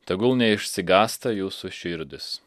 tegul neišsigąsta jūsų širdys